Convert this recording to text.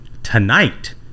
tonight